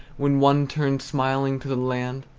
when one turned smiling to the land.